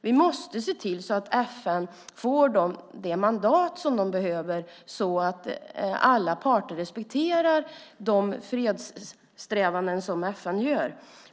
Vi måste se till att FN får det mandat som man behöver så att alla parter respekterar de fredssträvanden som FN gör.